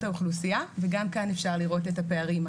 האוכלוסייה וגם כאן אפשר לראות את הפערים.